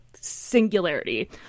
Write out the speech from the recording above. singularity